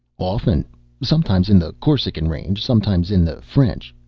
often sometimes in the corsican range, sometimes in the french.